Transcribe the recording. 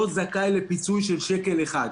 לא זכאי לפיצוי של שקל אחד.